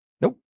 Nope